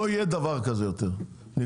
לא יהיה דבר כזה יותר נגמר,